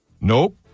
Nope